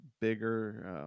bigger